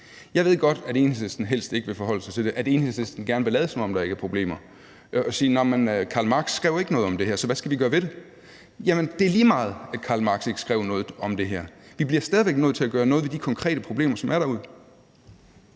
Jeg ved godt, at Enhedslisten helst ikke vil forholde sig til det, at Enhedslisten gerne vil lade, som om der ikke er problemer, og bare vil sige: Karl Marx skrev ikke noget om det her, så hvad skal vi gøre ved det? Jamen det er lige meget, at Karl Marx ikke skrev noget om det her – vi bliver stadig væk nødt til at gøre noget ved de konkrete problemer, som er derude.